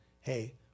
hey